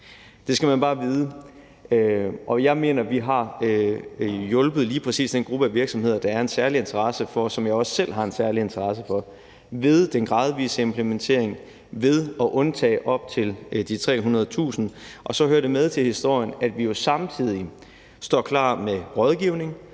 Det skal man bare vide. Kl. 11:53 Jeg mener, at vi har hjulpet lige præcis den gruppe af virksomheder, der er en særlig interesse for, og som jeg også selv har en særlig interesse for, ved den gradvise implementering og ved at undtage op til de 300.000 kr. Så hører det med til historien, at vi jo samtidig står klar med rådgivning,